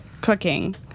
Cooking